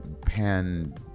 pan